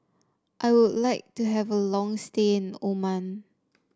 I would like to have a long stay in Oman